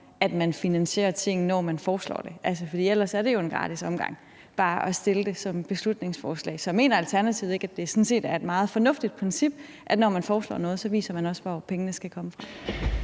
at man finansierer ting, når man foreslår dem, for ellers er det jo en gratis omgang bare at fremsætte det som beslutningsforslag. Så mener Alternativet ikke, at det sådan set er et meget fornuftigt princip, at man, når man foreslår noget, også viser, hvor pengene skal komme fra?